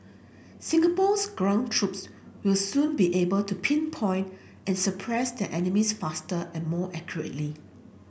Singapore's ground troops will soon be able to pinpoint and suppress their enemies faster and more accurately